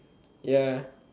ya